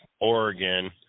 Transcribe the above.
oregon